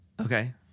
Okay